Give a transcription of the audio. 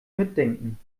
mitdenken